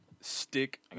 stick